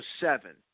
seven